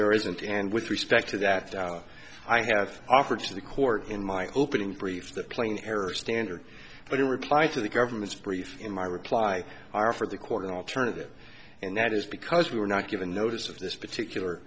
there isn't and with respect to that i have offered to the court in my opening brief the playing error standard but in reply to the government's brief in my reply are for the court an alternative and that is because we were not given notice of this particular